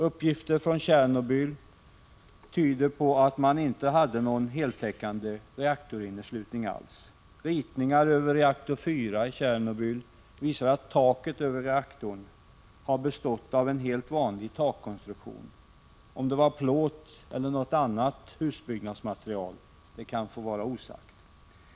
Uppgifter från Tjernobyl tyder på att det inte fanns någon heltäckande reaktorinneslutning alls. Ritningar över reaktor 4 i Tjernobyl visar att taket över reaktorn har bestått av en helt vanlig takkonstruktion — om det var plåt eller något annat husbyggnadsmaterial kan få vara osagt.